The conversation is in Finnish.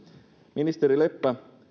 ministeri leppä